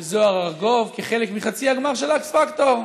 של זוהר ארגוב כחלק מחצי הגמר של אקס פקטור,